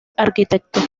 arquitecto